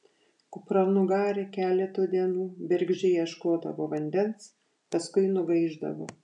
kupranugarė keletą dienų bergždžiai ieškodavo vandens paskui nugaišdavo